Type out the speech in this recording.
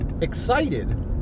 excited